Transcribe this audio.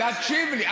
תקשיב לי.